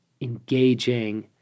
engaging